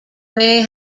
may